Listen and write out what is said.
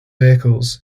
vehicles